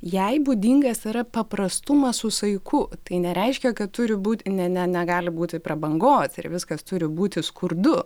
jai būdingas yra paprastumas su saiku tai nereiškia kad turi būti ne ne negali būti prabangos ir viskas turi būti skurdu